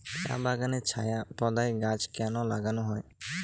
চা বাগানে ছায়া প্রদায়ী গাছ কেন লাগানো হয়?